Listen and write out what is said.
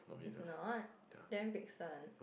not damn big one